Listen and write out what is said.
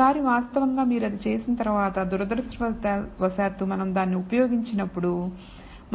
ఒకసారి వాస్తవంగా మీరు అది చేసిన తర్వాత దురదృష్టవశాత్తు మనం దాన్ని ఉపయోగించినప్పుడు